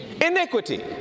Iniquity